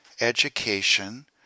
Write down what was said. education